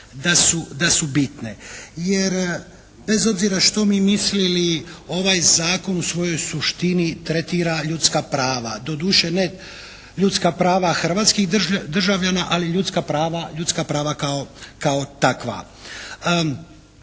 da su bitne. Jer bez obzira što mi mislili ovaj zakon u svojoj suštini tretira ljudska prava. Doduše ne ljudska prava hrvatskih državljana ali ljudska prava kao takva.